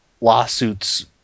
lawsuits